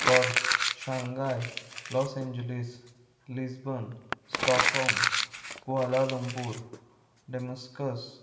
Perth Shanghai Los Angeles Lisbon Stockholm Kuala Lumpur Damascus